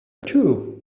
too